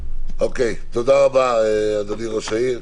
תודה רבה, אדוני ראש העיר.